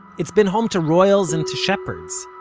it's been home to royals and to shepherds,